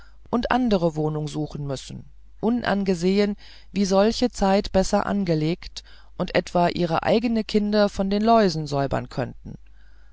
und andere wohnungen suchen müssen unangesehen sie solche zeit besser anlegen und etwan ihre eigene kinder von den läusen säubern könnten